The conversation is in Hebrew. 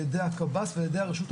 על-ידי הקב"ס ועל-ידי הרשות המקומית.